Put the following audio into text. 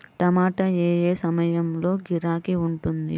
టమాటా ఏ ఏ సమయంలో గిరాకీ ఉంటుంది?